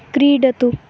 क्रीडतु